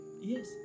Yes